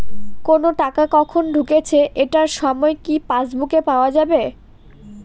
কোনো টাকা কখন ঢুকেছে এটার সময় কি পাসবুকে পাওয়া যাবে?